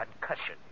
concussion